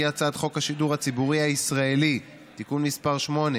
כי הצעת חוק השידור הציבורי הישראלי (תיקון מס' 8),